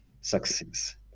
success